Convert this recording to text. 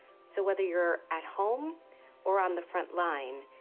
so, whether you're at home or on the front line,